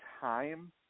time